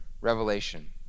revelation